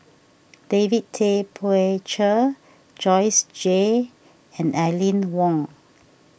David Tay Poey Cher Joyce Jue and Aline Wong